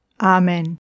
Amen